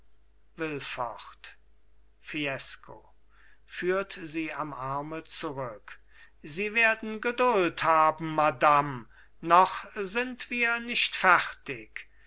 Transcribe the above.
will fort fiesco führt sie am arme zurück sie werden geduld haben madam noch sind wir nicht fertig